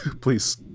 Please